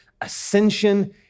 ascension